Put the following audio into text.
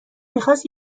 میخواست